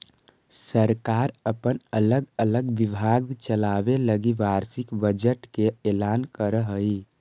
सरकार अपन अलग अलग विभाग चलावे लगी वार्षिक बजट के ऐलान करऽ हई